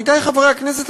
עמיתי חברי הכנסת,